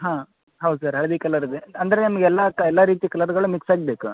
ಹಾಂ ಹೌದು ಸರ್ ಹಳದಿ ಕಲರ್ ಇದೆ ಅಂದರೆ ನಿಮ್ಗೆ ಎಲ್ಲ ಕ್ ಎಲ್ಲ ರೀತಿ ಕಲರ್ಗಳು ಮಿಕ್ಸಾಗಿ ಬೇಕಾ